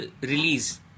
release